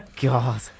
God